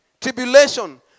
tribulation